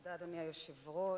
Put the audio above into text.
אדוני היושב-ראש,